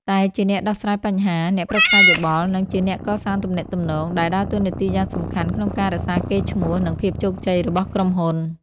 តែជាអ្នកដោះស្រាយបញ្ហា អ្នកប្រឹក្សាយោបល់ និងជាអ្នកកសាងទំនាក់ទំនង ដែលដើរតួយ៉ាងសំខាន់ក្នុងការរក្សាកេរ្តិ៍ឈ្មោះ និងភាពជោគជ័យរបស់ក្រុមហ៊ុន។